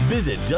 Visit